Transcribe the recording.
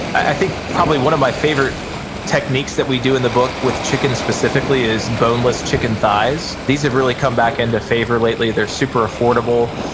i think probably one of my favorite techniques that we do in the book with chicken specifically is, boneless chicken thighs. these have really come back into favor lately. they're super affordable,